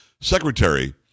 secretary